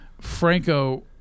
franco